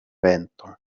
vento